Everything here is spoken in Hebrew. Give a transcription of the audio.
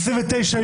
כנסת,